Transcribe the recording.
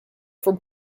for